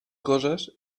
coses